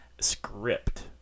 script